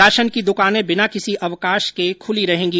ration की दुकानें बिना किसी अवकाश के खुली रहेगी